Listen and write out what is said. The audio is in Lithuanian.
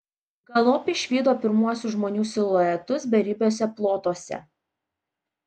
galop išvydo pirmuosius žmonių siluetus beribiuose plotuose